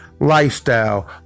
Lifestyle